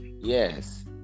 yes